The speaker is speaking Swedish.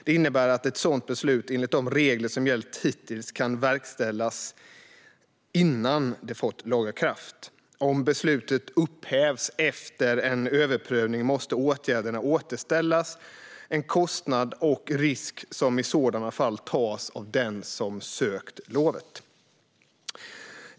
Det innebär att ett sådant beslut, enligt de regler som har gällt hittills, kan verkställas innan det har fått laga kraft. Om beslutet upphävs efter en överprövning måste åtgärderna återställas. Det är en kostnad och en risk som i sådana fall tas av den som sökt lovet.